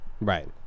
Right